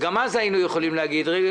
גם אז היינו יכולים לומר: רגע,